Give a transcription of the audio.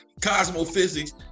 cosmophysics